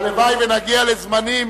הלוואי שנגיע לזמנים